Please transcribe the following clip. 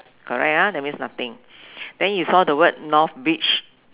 correct ah that means nothing then you saw the word north beach